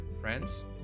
Friends